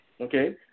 okay